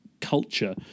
culture